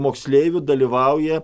moksleivių dalyvauja